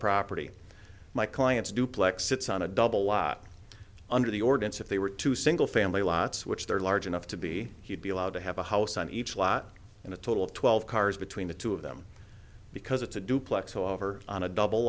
property my clients duplex sits on a double lot under the ordnance if they were to single family lots which they're large enough to be he'd be allowed to have a house on each lot and a total of twelve cars between the two of them because it's a duplex however on a double